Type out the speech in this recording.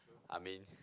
I mean